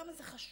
למה זה חשוב?